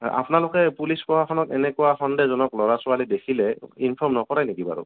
আপোনালোকে পুলিচ প্ৰশাসনক এনেকুৱা সন্দেহজনক ল'ৰা ছোৱালী দেখিলে ইনফৰ্ম নকৰে নেকি বাৰু